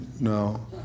no